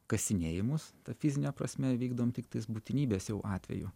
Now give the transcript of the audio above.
kasinėjimus fizine prasme vykdom tiktais būtinybės jau atveju